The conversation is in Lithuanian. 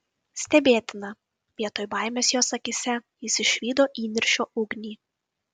stebėtina vietoj baimės jos akyse jis išvydo įniršio ugnį